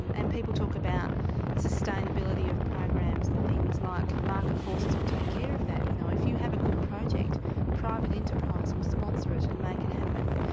um and people talk about sustainability of programs and things like market forces will take care of that, you know, if you have a good project private enterprise will sponsor it and make it happen.